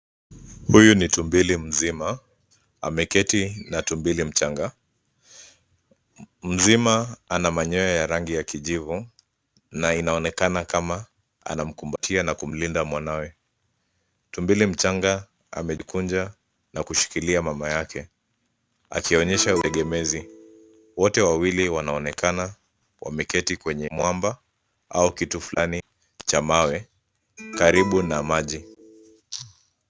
Huyu ni tumbili mzima ameketi na tumbili mchanga, mzima ana manyoya ya rangi ya kijivu na inaonekana kama anamkumbatia na kumlinda mwanawe, tumbili mchanga amejikunja na kushikilia mama yake, akionyesha utegemezi. Wote wawili wanaonekana wameketi kwenye mwamba au kitu flani cha mawe karibu na maji.